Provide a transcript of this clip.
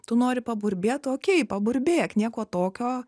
tu nori paburbėt okei paburbėk nieko tokio